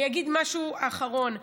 אני אגיד משהו אחרון: